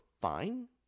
fine